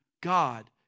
God